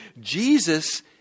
Jesus